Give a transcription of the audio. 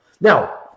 Now